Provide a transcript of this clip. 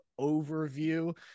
overview